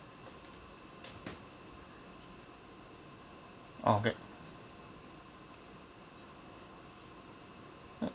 okay uh